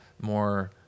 more